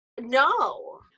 No